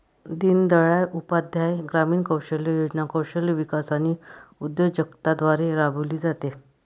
दीनदयाळ उपाध्याय ग्रामीण कौशल्य योजना कौशल्य विकास आणि उद्योजकता द्वारे राबविली जाते